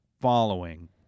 following